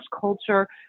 culture